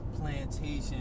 plantation